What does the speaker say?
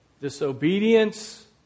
disobedience